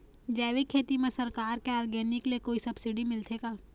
जैविक खेती म सरकार के ऑर्गेनिक ले कोई सब्सिडी मिलथे का?